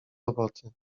roboty